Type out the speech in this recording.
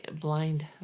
blind